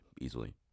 easily